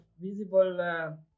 visible